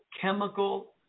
chemical